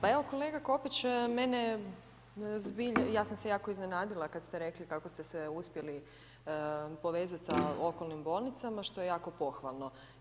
Pa evo kolega Kopić, mene zbilja, ja sam se jako iznenadila kad ste rekli kako ste se uspjeli povezati sa okolnim bolnica, što je jako pohvalno.